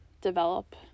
develop